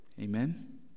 Amen